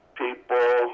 people